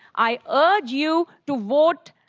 i urge you to vote,